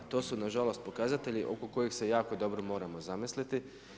To su na žalost pokazatelji oko kojeg se jako dobro moramo zamisliti.